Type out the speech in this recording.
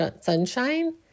sunshine